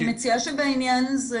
אני מציעה שבעניין הזה,